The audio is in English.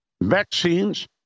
vaccines